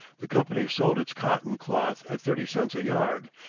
the company sold its cotton cloth at thirty cents a yard,